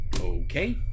Okay